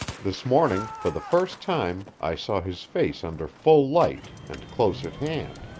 this morning, for the first time, i saw his face under full light and close at hand.